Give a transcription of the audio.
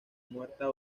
muerta